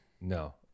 No